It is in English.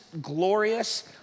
glorious